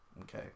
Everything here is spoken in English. Okay